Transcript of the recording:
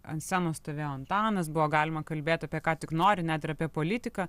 ant scenos stovėjo antanas buvo galima kalbėt apie ką tik nori net ir apie politiką